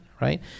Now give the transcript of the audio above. right